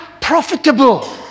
profitable